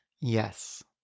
Yes